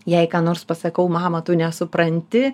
jei ką nors pasakau mama tu nesupranti